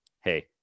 hey